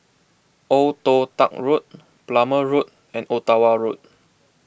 Old Toh Tuck Road Plumer Road and Ottawa Road